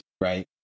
Right